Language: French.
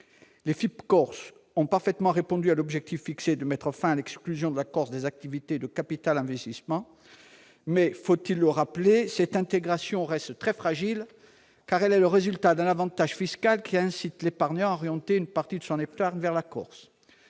Les FIP-Corse ont parfaitement répondu à l'objectif fixé de mettre fin à l'exclusion de la Corse des activités de capital-investissement. Mais, faut-il le rappeler, cette intégration reste très fragile, car elle est le résultat d'un avantage fiscal qui incite l'épargnant à orienter une partie de son épargne vers la Corse.